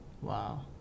Wow